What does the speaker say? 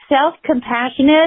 self-compassionate